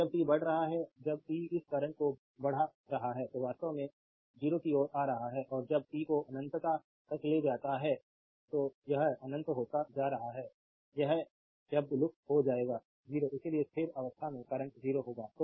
और जब t बढ़ रहा है जब t इस करंट को बढ़ा रहा है तो वास्तव में 0 की ओर आ रहा है और जब t को अनंतता तक ले जाता है तो यह अनंत होता जा रहा है यह शब्द लुप्त हो जाएगा 0 इसलिए स्थिर अवस्था में करंट 0 होगा